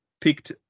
picked